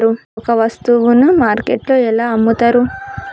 ఒక వస్తువును మార్కెట్లో ఎలా అమ్ముతరు?